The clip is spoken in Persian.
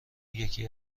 یکی